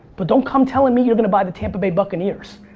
but don't come telling me you're gonna buy the tampa bay buccaneers.